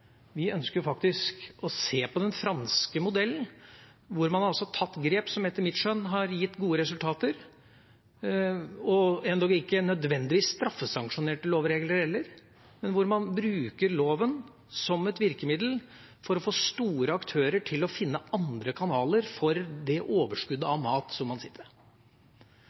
Vi ønsker å se på den franske modellen, hvor man har tatt grep som etter mitt skjønn har gitt gode resultater, endog ikke nødvendigvis straffesanksjonerte lovregler heller, men hvor man bruker loven som et virkemiddel for å få store aktører til å finne andre kanaler for det overskuddet av mat som man sitter